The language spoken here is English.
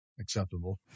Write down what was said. acceptable